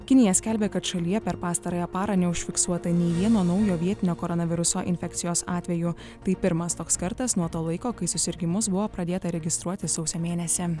kinija skelbia kad šalyje per pastarąją parą neužfiksuota nei vieno naujo vietinio koronaviruso infekcijos atvejų tai pirmas toks kartas nuo to laiko kai susirgimus buvo pradėta registruoti sausio mėnesį